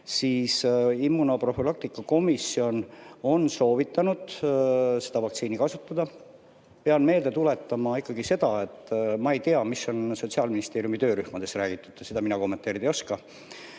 Immunoprofülaktika komisjon on soovitanud seda vaktsiini kasutada. Aga pean meelde tuletama, et mina ei tea, mida on Sotsiaalministeeriumi töörühmades räägitud. Seda mina kommenteerida ei oska.